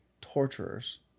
torturers